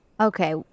Okay